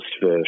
fish